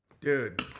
Dude